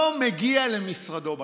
לא מגיע למשרדו בכנסת.